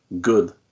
good